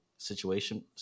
Situation